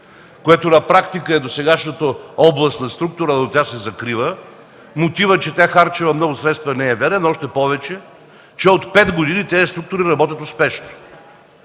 което на практика е досегашната областна структура, но тя се закрива. Мотивът, че тя харчела много средства, не е верен. Още повече, че от 5 години тези структури – областните